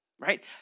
Right